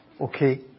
Okay